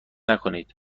نکنید